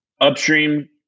Upstream